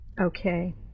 Okay